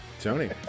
Tony